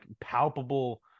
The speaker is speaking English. palpable